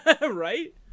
right